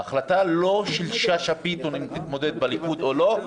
ההחלטה לא של שאשא ביטון אם היא תתמודד בליכוד או לא,